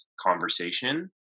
conversation